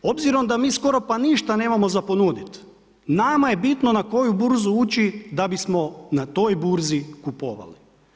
Obzirom da mi skoro pa ništa nemamo za ponuditi, nama je bitno na koju burzu ući da bismo na toj burzi kupovali.